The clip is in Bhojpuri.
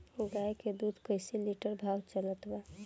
गाय के दूध कइसे लिटर भाव चलत बा?